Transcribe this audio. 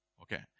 Okay